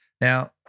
Now